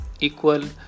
equal